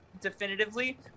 definitively